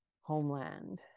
homeland